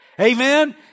Amen